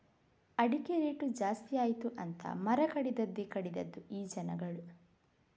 ಅಡಿಕೆ ರೇಟು ಜಾಸ್ತಿ ಆಯಿತು ಅಂತ ಮರ ಕಡಿದದ್ದೇ ಕಡಿದದ್ದು ಈ ಜನಗಳು